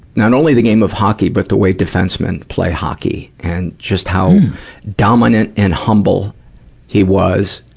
not only the game of hockey, but the way defensemen play hockey, and just how dominant and humble he was.